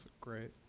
great